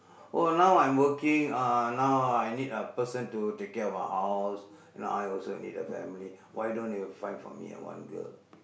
oh now I'm working uh now I need a person to take care of my house you know I also need a family why don't you find for me uh one girl